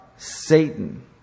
Satan